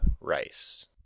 rice